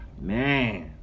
man